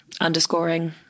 underscoring